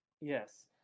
yes